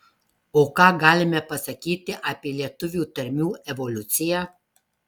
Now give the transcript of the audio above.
o ką galime pasakyti apie lietuvių tarmių evoliuciją